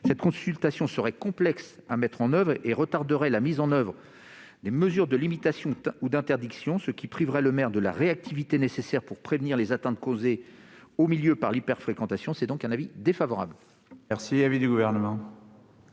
Cette consultation serait complexe à instaurer et retarderait la mise en oeuvre des mesures de limitation ou d'interdiction, ce qui priverait le maire de la réactivité nécessaire pour prévenir les atteintes causées au milieu par l'hyperfréquentation. La commission est donc défavorable